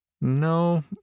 No